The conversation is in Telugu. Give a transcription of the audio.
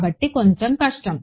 కాబట్టి కొంచెం కష్టం